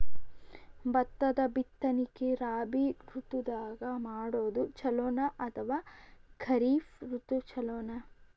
ಭತ್ತದ ಬಿತ್ತನಕಿ ರಾಬಿ ಋತು ದಾಗ ಮಾಡೋದು ಚಲೋನ ಅಥವಾ ಖರೀಫ್ ಋತು ಚಲೋನ?